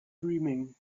dreaming